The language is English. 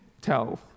tell